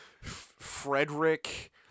Frederick